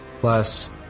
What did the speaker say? plus